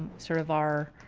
sort of our